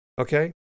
okay